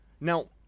now